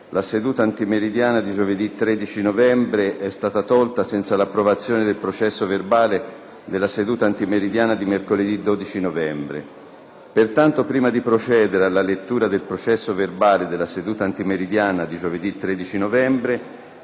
la seduta antimeridiana di giovedì 13 novembre è stata tolta senza l'approvazione del processo verbale della seduta antimeridiana di mercoledì 12 novembre. Pertanto, prima di procedere alla lettura del processo verbale della seduta antimeridiana di giovedì 13 novembre,